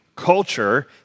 Culture